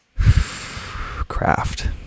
craft